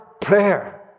prayer